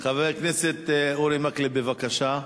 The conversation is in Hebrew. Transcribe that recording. חבר הכנסת אורי מקלב, בבקשה.